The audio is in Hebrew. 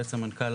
יועץ המנכ"ל,